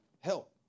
help